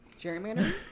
Gerrymandering